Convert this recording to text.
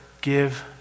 give